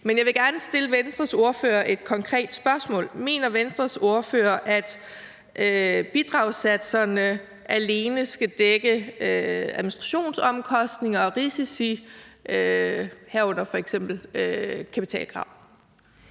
Men jeg vil gerne stille Venstres ordfører et konkret spørgsmål. Mener Venstres ordfører, at bidragssatserne alene skal dække administrationsomkostninger og risici, herunder f.eks. kapitalkrav?